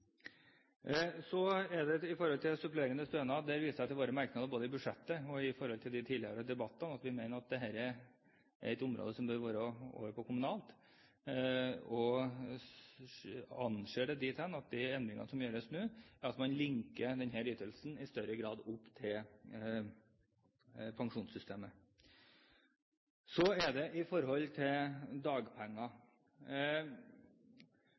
så er det stopp, og så blir de det jeg kaller tvangspensjonert og/eller uføretrygdet. Når det gjelder supplerende stønad, viser jeg til våre merknader både i budsjettinnstillingen og i tidligere debatter. Vi mener at dette er et område som bør over på kommunal, og anser at de endringene som gjøres nå, er å linke denne ytelsen i større grad opp til pensjonssystemet. Når det gjelder dagpenger,